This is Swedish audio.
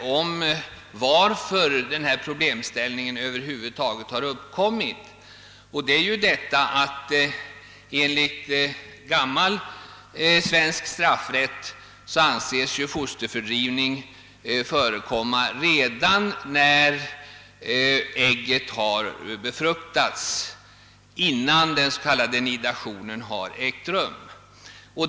om varför hela denna problemställning över huvud taget har uppkommit. Anledningen är ju den, att enligt gammal svensk straffrätt anses fosterfördrivning föreligga redan vid ingrepp när ägget har befruktats, innan den s.k. nidationen har ägt rum.